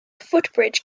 footbridge